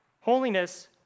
holiness